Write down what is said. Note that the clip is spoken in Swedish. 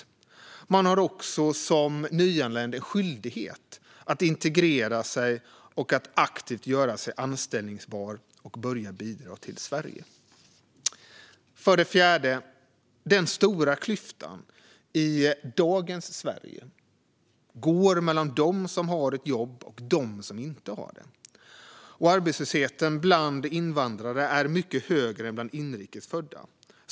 Som nyanländ har man en skyldighet att integrera sig och att aktivt göra sig anställbar och börja bidra till Sverige. För det fjärde går den stora klyftan i dagens Sverige mellan dem som har ett jobb och dem som inte har det. Arbetslösheten är mycket högre bland invandrare än bland inrikes födda.